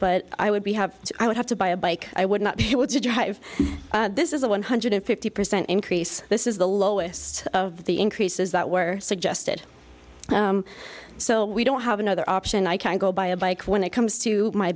but i would be have to i would have to buy a bike i would not be able to drive this is a one hundred fifty percent increase this is the lowest of the increases that were suggested so we don't have another option i can't go buy a bike when it comes to my